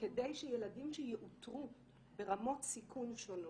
כדי שילדים שיאותרו ברמות סיכון שונות,